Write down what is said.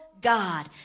God